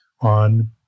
on